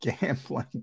gambling